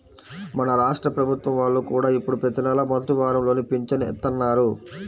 మన రాష్ట్ర ప్రభుత్వం వాళ్ళు కూడా ఇప్పుడు ప్రతి నెలా మొదటి వారంలోనే పింఛను ఇత్తన్నారు